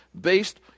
based